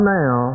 now